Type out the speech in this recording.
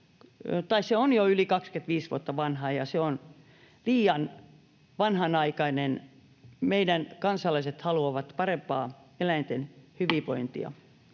on jo yli 25 vuotta vanha, ja se on liian vanhanaikainen. Meidän kansalaisemme haluavat parempaa eläinten hyvinvointia.